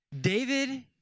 David